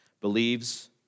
believes